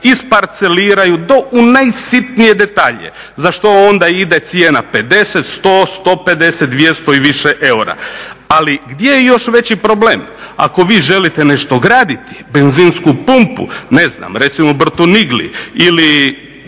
isparceliraju do u najsitnije detalje za što onda ide cijena 50, 100, 150, 200 i više eura. Ali gdje je još veći problem, ako vi želite nešto graditi, benzinsku pumpu, recimo u Brtonigli ili